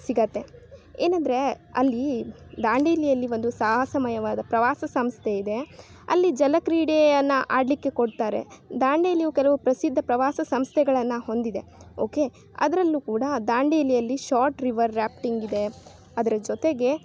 ಸಿಗುತ್ತೆ ಏನೆಂದ್ರೆ ಅಲ್ಲಿ ದಾಂಡೇಲಿಯಲ್ಲಿ ಒಂದು ಸಾಹಸಮಯವಾದ ಪ್ರವಾಸ ಸಂಸ್ಥೆ ಇದೆ ಅಲ್ಲಿ ಜಲಕ್ರೀಡೆಯನ್ನು ಆಡಲಿಕ್ಕೆ ಕೊಡ್ತಾರೆ ದಾಂಡೇಲಿಯು ಕೆಲವು ಪ್ರಸಿದ್ಧ ಪ್ರವಾಸಿ ಸಂಸ್ಥೆಗಳನ್ನು ಹೊಂದಿದೆ ಓಕೆ ಅದರಲ್ಲೂ ಕೂಡ ದಾಂಡೇಲಿಯಲ್ಲಿ ಶಾರ್ಟ್ ರಿವರ್ ರ್ಯಾಫ್ಟಿಂಗ್ ಇದೆ ಅದರ ಜೊತೆಗೆ